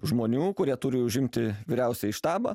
žmonių kurie turi užimti vyriausiąjį štabą